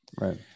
Right